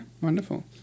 wonderful